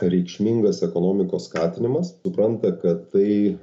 reikšmingas ekonomikos skatinimas supranta kad tai